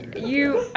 you,